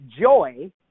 joy